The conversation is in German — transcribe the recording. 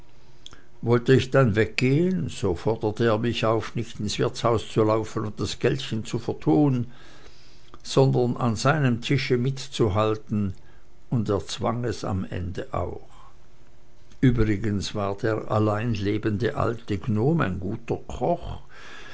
wollte ich dann weggehen so forderte er mich auf nicht ins wirtshaus zu laufen und das geldchen zu vertun sondern an seinem tische mitzuhalten und erzwang es am ende auch übrigens war der allein lebende alte gnom ein guter koch